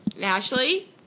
Ashley